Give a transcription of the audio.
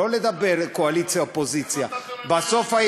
ולא לדבר קואליציה,